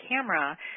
camera